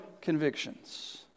convictions